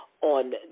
on